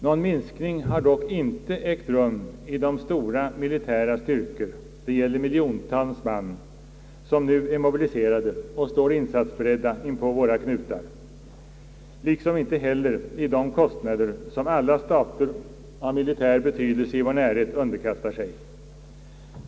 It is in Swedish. Någon minskning har dock inte ägt rum i de stora militära: styrkor — det gäller miljontals man — som nu är mobiliserade och står insatsberedda inpå våra knutar liksom inte heller av de kostnader som alla stater av militär betydelse i vår närhet underkastat sig.